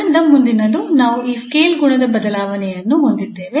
ಆದ್ದರಿಂದ ಮುಂದಿನದು ನಾವು ಈ ಸ್ಕೇಲ್ ಗುಣದ ಬದಲಾವಣೆಯನ್ನು ಹೊಂದಿದ್ದೇವೆ